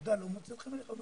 העבודה לא מוצאת חן בעיניך?